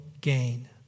gain